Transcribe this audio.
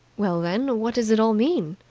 well, then, what does it all mean?